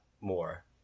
more